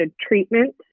treatment